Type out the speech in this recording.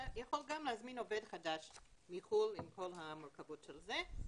אתה גם יכול להזמין עובד חדש מחו"ל עם כל המורכבות של זה,